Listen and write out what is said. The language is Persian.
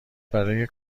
برای